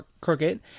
crooked